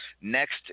next